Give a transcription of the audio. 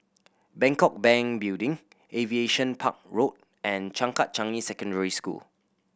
Bangkok Bank Building Aviation Park Road and Changkat Changi Secondary School